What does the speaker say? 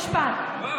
לא, לא, הינה, עוד משפט.